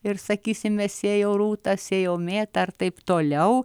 ir sakysime sėjau rūtą sėjau mėtą ir taip toliau